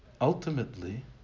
Ultimately